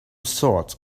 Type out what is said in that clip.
sort